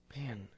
Man